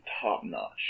top-notch